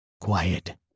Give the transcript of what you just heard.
quiet